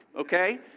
Okay